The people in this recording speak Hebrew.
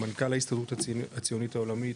מנכ"ל ההסתדרות הציונית העולמית,